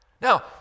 Now